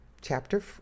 chapter